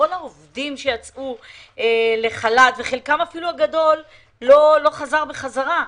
על כל העובדים שיצאו לחל"ת וחלקם הגדול עוד לא חזר בחזרה.